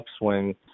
upswing